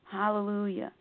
Hallelujah